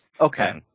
Okay